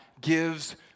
gives